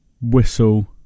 whistle